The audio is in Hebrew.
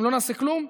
אם לא נעשה כלום,